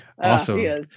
Awesome